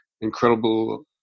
incredible